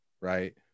right